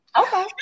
okay